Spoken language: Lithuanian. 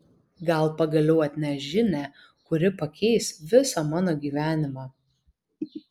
gal pagaliau atneš žinią kuri pakeis visą mano gyvenimą